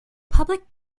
public